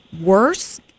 worse